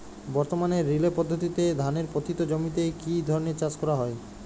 বর্তমানে রিলে পদ্ধতিতে ধানের পতিত জমিতে কী ধরনের চাষ করা হয়?